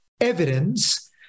evidence